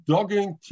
Dogging